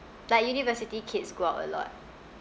like university kids go out a lot